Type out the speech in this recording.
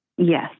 Yes